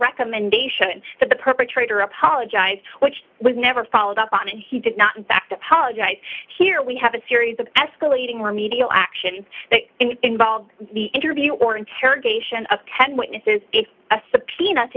recommendation that the perpetrator apologized which was never followed up on and he did not in fact apologize here we have a series of escalating remedial action that involved the interview or interrogation of ten witnesses if a